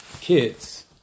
kids